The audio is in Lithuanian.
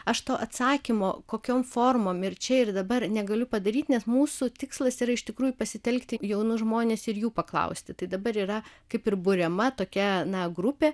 aš to atsakymo kokiom formom ir čia ir dabar negaliu padaryt nes mūsų tikslas yra iš tikrųjų pasitelkti jaunus žmones ir jų paklausti tai dabar yra kaip ir buriama tokia na grupė